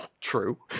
true